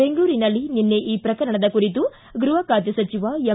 ಬೆಂಗಳೂರಿನಲ್ಲಿ ನಿನ್ನೆ ಈ ಪ್ರಕರಣದ ಕುರಿತು ಗೃಹ ಬಾತೆ ಸಚಿವ ಎಂ